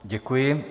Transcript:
Děkuji.